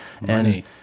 Money